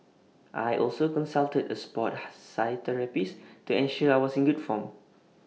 I also consulted A Sport ha physiotherapist to ensure I was in good form